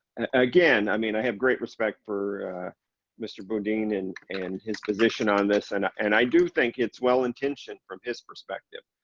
again, i mean i have great respect for mr boone dean and and his position on this and and i do think it's well intentioned from his perspective.